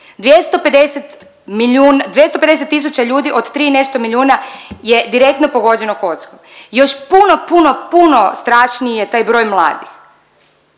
250 tisuća ljudi od 3 i nešto milijuna je direktno pogođeno kockom, još puno, puno, puno strašniji je taj broj mladih.